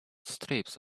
strips